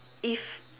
if